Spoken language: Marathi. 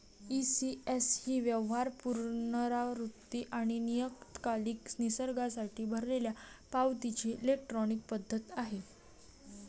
ई.सी.एस ही व्यवहार, पुनरावृत्ती आणि नियतकालिक निसर्गासाठी भरलेल्या पावतीची इलेक्ट्रॉनिक पद्धत आहे